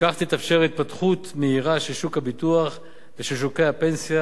בכך תתאפשר התפתחות מהירה של שוק הביטוח ושל שוקי הפנסיה,